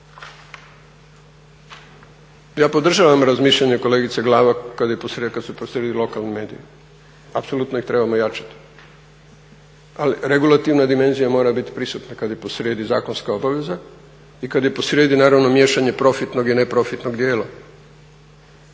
Ja podržavam razmišljanje kolegice Glavak kad su posrijedi lokalni mediji. Apsolutno ih trebamo jačati, ali regulativna dimenzija mora biti prisutna kad je posrijedi zakonska obaveza i kad je posrijedi naravno miješanje profitnog i neprofitnog dijela,